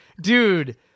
Dude